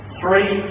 three